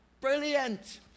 Brilliant